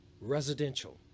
Residential